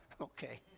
Okay